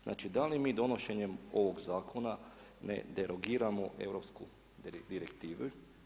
Znači da li mi donošenjem ovog Zakona ne derogiramo Europsku direktivu?